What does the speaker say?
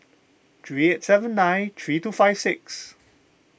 three eight seven nine three two five six